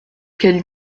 quelle